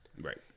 Right